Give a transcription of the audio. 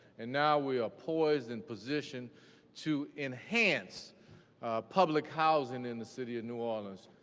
and now we are poised and positioned to enhance public housing in the city of new orleans.